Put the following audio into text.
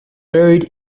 buried